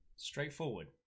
Straightforward